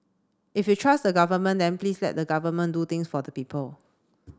if you trust the government then please let the government do things for the people